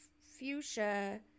fuchsia